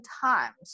times